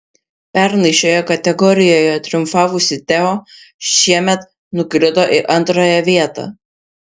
pernai šioje kategorijoje triumfavusi teo šiemet nukrito į antrąją vietą